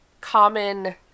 common